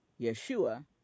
Yeshua